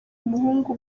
umuhungu